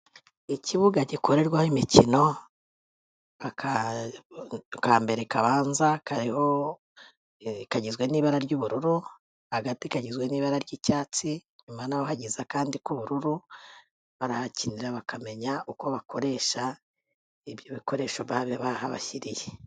Ikibuga gikorerwaho imikino, akantu ka mbere kabanza kariho ibara ry'ubururu, hagati kagizwe n'ibara ry'icyatsi, inyuma naho hageze akandi k'ubururu, barahakinira bakamenya uko bakoresha ibyo bikoresho bari bahabashyiriye.